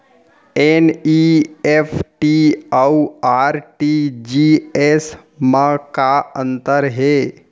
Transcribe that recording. NEFT अऊ RTGS मा का अंतर हे?